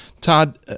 Todd